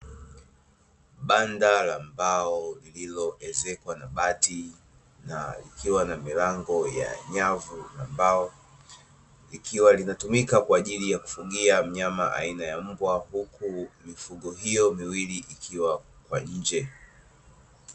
Banda la mbao lililoezekwa na bati na likiwa na milango ya nyavu na mbao, likiwa linatumika kwa ajili ya kufugia mnyama aina ya mbwa huku mifugo hiyo miwili ikiwa kwa nje.